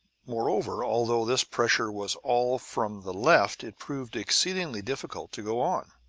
moreover, although this pressure was all from the left, it proved exceedingly difficult to go on.